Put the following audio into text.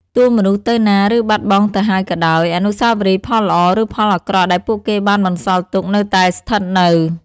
ទោះមនុស្សទៅណា ឬបាត់បង់ទៅហើយក៏ដោយ អនុស្សាវរីយ៍ ផលល្អ ឬ ផលអាក្រក់ ដែលពួកគេបានបន្សល់ទុក នៅតែស្ថិតនៅ។